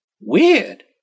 Weird